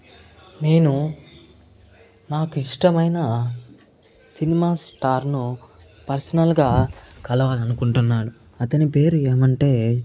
నేను నాకు ఇష్టమైన సినిమా స్టార్ ను పర్సనల్ గా కలవాలనుకుంటున్నాను అతని పేరు ఏమంటే